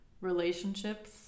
relationships